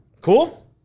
Cool